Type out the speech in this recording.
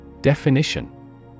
Definition